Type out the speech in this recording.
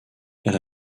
elle